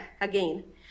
again